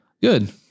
Good